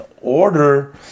order